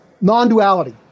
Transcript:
non-duality